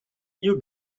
you